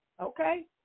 Okay